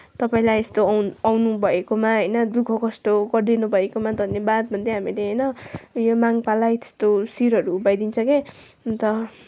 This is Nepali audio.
तपाईँलाई यस्तो आउनुभएकोमा होइन दुःखकष्ट गरिदिनुभएकोमा धन्यवाद भन्दै हामीले होइन यो माङ्पाहाङलाई त्यस्तो शिरहरू उभ्याइदिन्छ के अन्त